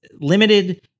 limited